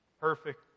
perfect